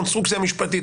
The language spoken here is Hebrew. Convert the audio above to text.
הקונסטרוקציה המשפטית,